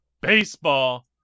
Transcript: Baseball